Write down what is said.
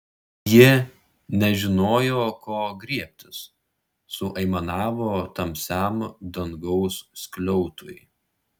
ji nežinojo ko griebtis suaimanavo tamsiam dangaus skliautui